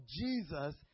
Jesus